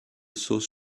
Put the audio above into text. sauce